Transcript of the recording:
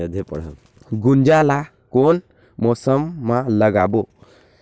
गुनजा ला कोन मौसम मा लगाबो?